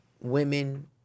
women